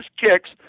kicks